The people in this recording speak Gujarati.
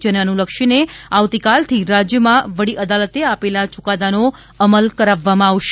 જેને અનુલક્ષીને આવતીકાલથી રાજ્યમાં વડી અદાલતે આપેલા યુકાદાનો અમલ કરાવવામાં આવશે